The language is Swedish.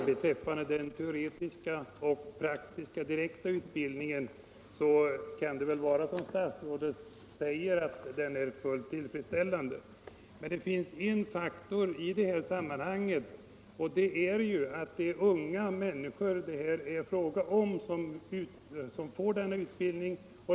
Herr talman! Det kan vara som statsrådet säger, att den teoretiska och praktiska direkta utbildningen är fullt tillfredsställande, men här finns en speciell faktor, nämligen att det är unga människor som får denna utbildning.